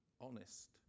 Honest